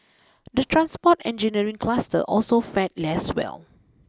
the transport engineering cluster also fared less well